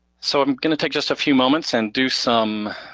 so i'm gonna take just a few moments and do some